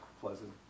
pleasant